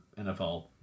NFL